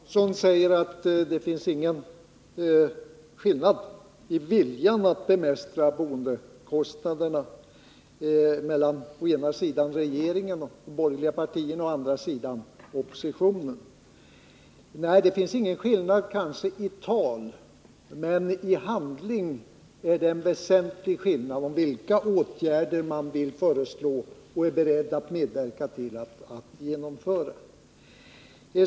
Fru talman! Sven Andersson säger att det inte finns någon skillnad i viljan att bemästra boendekostnaderna mellan å ena sidan regeringen och å andra sidan oppositionen. Nej, det finns kanske inte någon skillnad i tal, men i handling är det en väsentlig skillnad i fråga om vilka åtgärder man vill föreslå och är beredd att vidta.